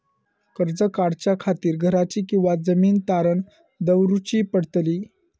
कर्ज काढच्या खातीर घराची किंवा जमीन तारण दवरूची पडतली?